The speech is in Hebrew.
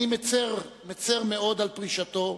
אך אני מצר מאוד על פרישתו,